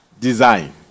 design